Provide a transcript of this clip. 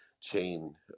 chain